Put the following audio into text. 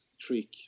trick